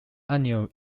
annual